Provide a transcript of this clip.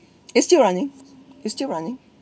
it's still running it's still running